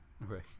Right